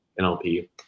NLP